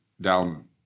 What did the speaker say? down